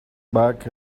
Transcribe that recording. back